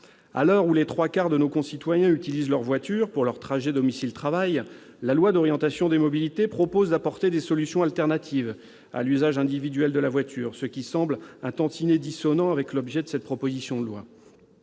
À L'heure où les trois quarts de nos concitoyens utilisent leur voiture pour leurs trajets domicile-travail, la loi d'orientation des mobilités propose d'apporter des solutions de substitution à l'usage individuel de la voiture, ce qui semble un tantinet dissonant avec l'objet de cette proposition de loi.